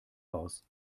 aus